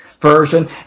version